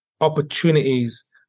opportunities